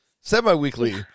semi-weekly